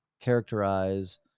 characterize